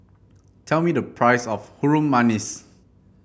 tell me the price of Harum Manis